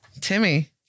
timmy